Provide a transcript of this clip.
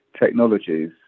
technologies